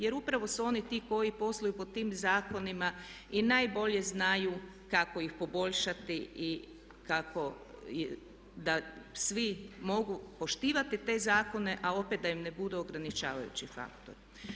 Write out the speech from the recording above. Jer upravo su oni ti koji posluju po tim zakonima i najbolje znaju kako ih poboljšati i kako da svi mogu poštivati te zakone, ali opet da im ne budu ograničavajući faktor.